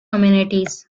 communities